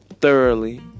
thoroughly